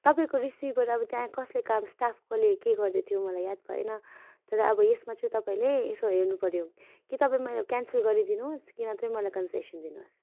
तपाईँको रिसिभर अब त्यहाँ कसले काम स्टाफले के गर्दै थियो मलाई याद भएन तर अब यसमा चाहिँ तपाईँले यसो हेर्नुपऱ्यो कि तपाईँ मेरो क्यानसल गरिदिनुहोस् कि नत्र मलाई कन्सेसन दिनुहोस्